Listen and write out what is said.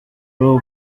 rwo